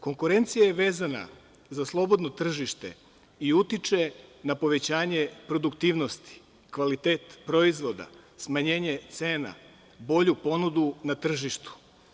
Konkurencija je vezana za slobodno tržište i utiče na povećanje produktivnosti, kvalitet proizvoda, smanjenje cena, bolju ponudu na tržištu.